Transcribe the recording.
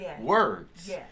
words